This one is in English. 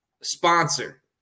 sponsor